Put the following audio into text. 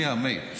שנייה, מאיר, דקה,